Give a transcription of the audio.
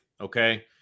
okay